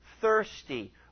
thirsty